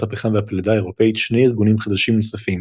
הפחם והפלדה האירופית שני ארגונים חדשים נוספים